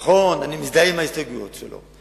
נכון, אני מזדהה עם ההסתייגויות שלו.